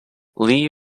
lee